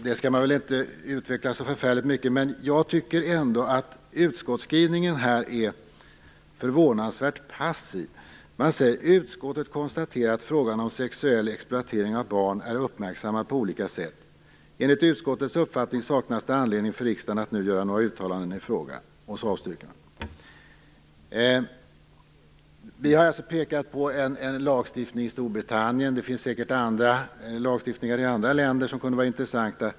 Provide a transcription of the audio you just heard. Jag skall inte utveckla det resonemanget särskilt mycket, men vill säga att jag tycker att utskottets skrivning är förvånansvärt passiv: "Utskottet konstaterar att frågan om sexuell exploatering av barn är uppmärksammad på olika sätt. Enligt utskottets uppfattning saknas det anledning för riksdagen att nu göra några uttalanden i frågan. Utskottet avstyrker -." Vi har pekat på lagstiftningen i Storbritannien. Det finns säkert också andra länder som har en lagstiftning som kunde vara intressant.